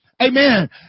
Amen